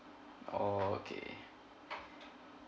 orh okay